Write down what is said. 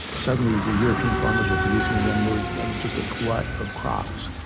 suddenly the european farmers were producing again, there was just a glut of crops.